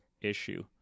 issue